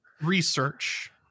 research